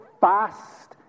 fast